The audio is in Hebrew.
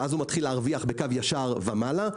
שאז הוא מתחיל להרוויח בקו ישר ומעלה,